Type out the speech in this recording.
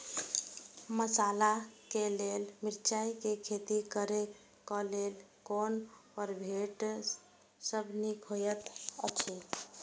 मसाला के लेल मिरचाई के खेती करे क लेल कोन परभेद सब निक होयत अछि?